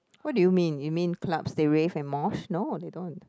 what do you mean you mean club they rave and mosh no they don't